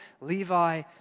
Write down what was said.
Levi